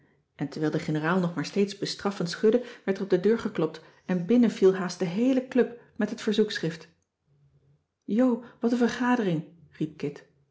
en terwijl de generaal nog maar steeds bestraffend schudde werd er op deur geklopt en cissy van marxveldt de h b s tijd van joop ter heul binnen viel haast de heele club met het verzoekschrift jo wat n vergadering riep kit